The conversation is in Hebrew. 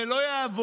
זה לא יעבוד.